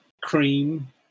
cream